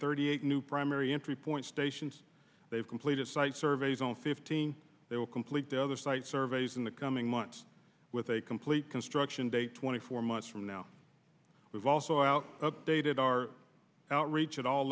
eight new primary entry point stations they've completed site surveys and fifteen they will complete the other site surveys in the coming months with a complete construction date twenty four months from now we've also out updated our outreach at all